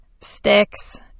sticks